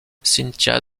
cynthia